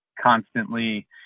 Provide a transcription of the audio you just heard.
constantly